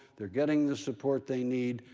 they're getting the support they need,